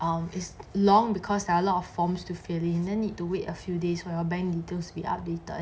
on is long because there are a lot of forms to fill in and need to wait a few days for your bank details to be updated